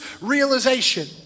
realization